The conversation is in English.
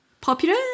popular